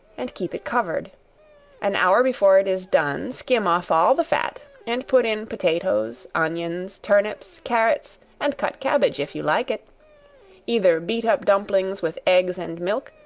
and keep it covered an hour before it is done, skim off all the fat, and put in potatoes, onions, turnips, carrots, and cut cabbage, if you like it either beat up dumplings with eggs and milk,